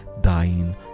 dying